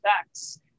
effects